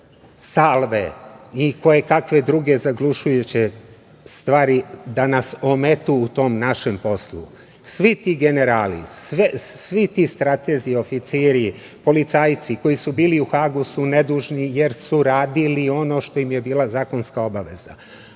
salve i kojekakve druge zaglušujuće stvari da nas ometu u tom našem poslu. Svi ti generali, svi ti stratezi, oficiri, policajci koji su bili u Hagu su nedužni jer su radili ono što im je bila zakonska obaveza,